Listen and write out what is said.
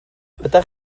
ydych